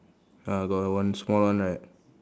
ah got one small one right